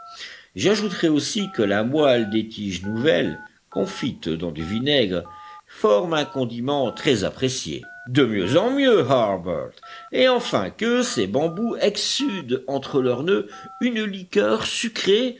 j'ajouterai aussi que la moelle des tiges nouvelles confite dans du vinaigre forme un condiment très apprécié de mieux en mieux harbert et enfin que ces bambous exsudent entre leurs noeuds une liqueur sucrée